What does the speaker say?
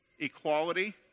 equality